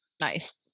nice